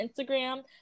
Instagram